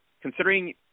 considering